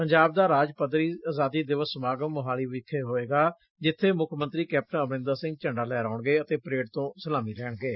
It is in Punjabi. ਪੰਜਾਬ ਦਾ ਰਾਜ ਪੱਧਰੀ ਆਜ਼ਾਦੀ ਦਿਵਸ ਸਮਾਗਮ ਮੁਹਾਲੀ ਵਿਚ ਹੋਵੇਗਾ ਜਿੱਬੇ ਮੁੱਖ ਮੰਤਰੀ ਕੈਪਟਨ ਅਮਰਿੰਦਰ ਸਿੰਘ ਝੰਡਾ ਲਹਿਰਾੳਣਗੇ ਅਤੇ ਪਰੇਡ ਤੋਂ ਸਲਾਮੀ ਲੈਣਗੇ